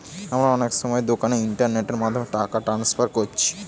আমরা অনেক সময় দোকানে ইন্টারনেটের মাধ্যমে টাকা ট্রান্সফার কোরছি